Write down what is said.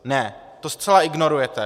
Ne, to zcela ignorujete.